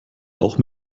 auch